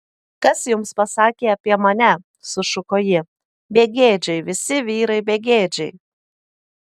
kas jums pasakė apie mane sušuko ji begėdžiai visi vyrai begėdžiai